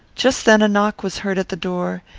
just then a knock was heard at the door,